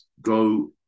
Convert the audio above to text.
go